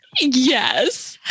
yes